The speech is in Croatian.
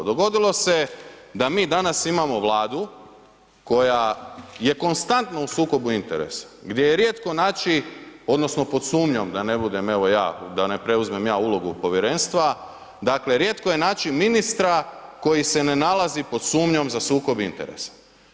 Dogodilo se je da mi danas imamo Vladu koja je konstantno u sukobu interesa, gdje je rijetko naći odnosno pod sumnjom, da ne budem evo ja, da ne preuzmem ja ulogu povjerenstva, dakle, rijetko je naći ministra koji se ne nalazi pod sumnjom za sukob interesa.